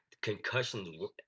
concussions